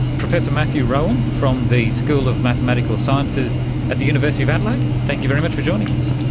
professor matthew roughan from the school of mathematical sciences at the university of adelaide, thank you very much for joining us.